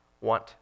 want